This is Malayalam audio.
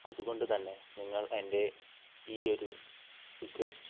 അതുകൊണ്ടുതന്നെ നിങ്ങൾ എൻ്റെ ഈ ഒരു റിക്വസ്റ്റ്